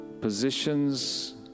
Positions